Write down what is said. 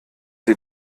sie